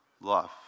love